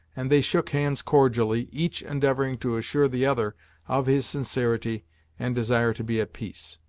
and they shook hands cordially, each endeavoring to assure the other of his sincerity and desire to be at peace.